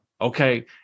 okay